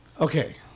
Okay